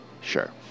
Sure